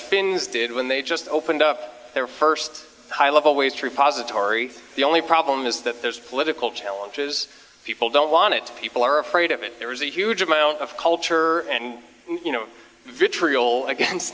fins did when they just opened up their first high level waste repository the only problem is that there's political challenges people don't want it people are afraid of it there is a huge amount of culture and you know vitriol against